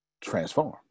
transform